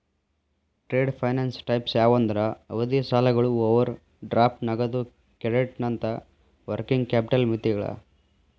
trade finance types ಯಾವಂದ್ರ ಅವಧಿ ಸಾಲಗಳು ಓವರ್ ಡ್ರಾಫ್ಟ್ ನಗದು ಕ್ರೆಡಿಟ್ನಂತ ವರ್ಕಿಂಗ್ ಕ್ಯಾಪಿಟಲ್ ಮಿತಿಗಳ